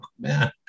man